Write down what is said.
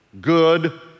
good